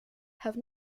have